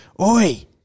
Oi